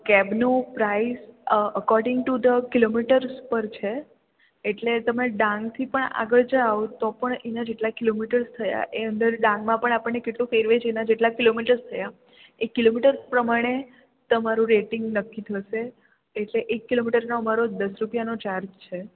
કેબનું price according to the kilometres પર છે એટલે તમે ડાંગથી પણ આગળ જાઓ તો પણ એના જેટલાં કિલોમીટર્સ થાય એ અંદર ડાંગમાં પણ આપણને કેટલું ફેરવે છે એના જેટલાં કિલોમીટર્સ થયાં એ કિલોમીટર્સ પ્રમાણે તમારું રેટિંગ નક્કી થશે એટલે એક કિલોમીટરનો અમારો દસ રૂપિયાનો ચાર્જ છે